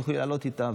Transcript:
תוכלי לעלות איתה,